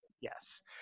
Yes